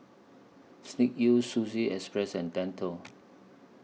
Snek Ku Sushi Express and Dettol